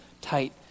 tight